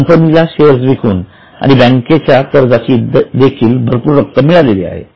कंपनीला शेअर्स विकून आणि बँकेच्या कर्जाची देखील भरपूर रक्कम मिळालेली आहे